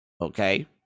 okay